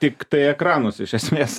tiktai ekranuos iš esmės